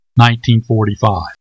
1945